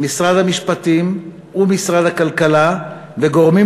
משרד המשפטים ומשרד הכלכלה וגורמים